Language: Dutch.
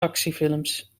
actiefilms